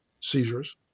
seizures